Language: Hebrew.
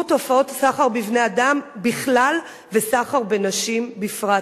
תופעות סחר בבני-אדם בכלל וסחר בנשים בפרט.